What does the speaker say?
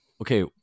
Okay